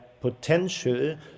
potential